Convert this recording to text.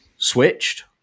switched